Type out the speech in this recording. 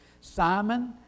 Simon